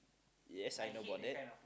yes I know but then